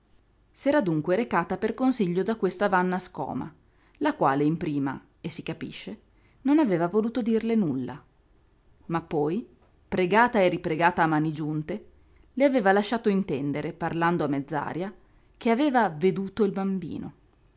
tetto s'era dunque recata per consiglio da questa vanna scoma la quale in prima e si capisce non aveva voluto dirle nulla ma poi pregata e ripregata a mani giunte le aveva lasciato intendere parlando a mezz'aria che aveva veduto il bambino